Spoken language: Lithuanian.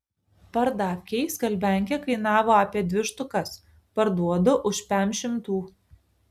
pardavkėj skalbiankė kainavo apie dvi štukas parduodu už pem šimtų